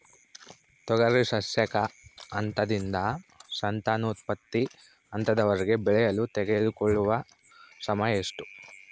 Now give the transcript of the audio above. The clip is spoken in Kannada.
ತೊಗರಿ ಸಸ್ಯಕ ಹಂತದಿಂದ ಸಂತಾನೋತ್ಪತ್ತಿ ಹಂತದವರೆಗೆ ಬೆಳೆಯಲು ತೆಗೆದುಕೊಳ್ಳುವ ಸಮಯ ಎಷ್ಟು?